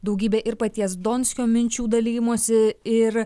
daugybė ir paties donskio minčių dalijimosi ir